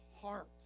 heart